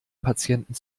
patienten